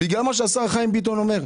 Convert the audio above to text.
בגלל מה שהשר חיים ביטון אמר,